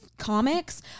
Comics